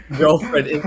girlfriend